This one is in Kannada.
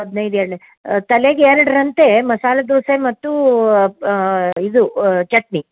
ಹದಿನೈದು ಎರಡಲೇ ತಲೆಗೆ ಎರಡರಂತೆ ಮಸಾಲೆ ದೋಸೆ ಮತ್ತು ಇದು ಚಟ್ನಿ